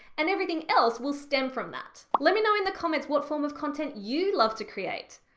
and everything else will stem from that. let me know in the comments what form of content you love to create.